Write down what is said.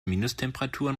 minustemperaturen